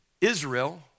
Israel